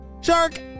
Shark